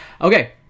Okay